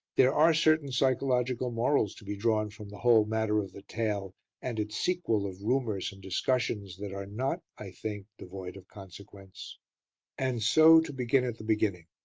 there are certain psychological morals to be drawn from the whole matter of the tale and its sequel of rumours and discussions that are not, i think, devoid of consequence and so to begin at the beginning.